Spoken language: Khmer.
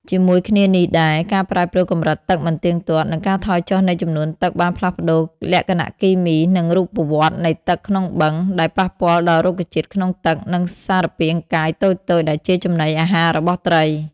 ជាមួយគ្នានោះដែរ ការប្រែប្រួលកម្រិតទឹកមិនទៀងទាត់ និងការថយចុះនៃចំនួនទឹកបានផ្លាស់ប្តូរលក្ខណៈគីមី និងរូបវន្តនៃទឹកក្នុងបឹង ដែលប៉ះពាល់ដល់រុក្ខជាតិក្នុងទឹក និងសារពាង្គកាយតូចៗដែលជាចំណីអាហាររបស់ត្រី។